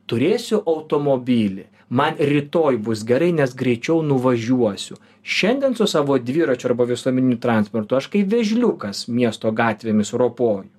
turėsiu automobilį man rytoj bus gerai nes greičiau nuvažiuosiu šiandien su savo dviračiu arba visuomeniniu transportu aš kaip vėžliukas miesto gatvėmis ropoju